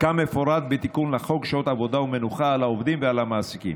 כמפורט בתיקון לחוק שעות עבודה ומנוחה על העובדים ועל המעסיקים,